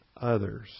others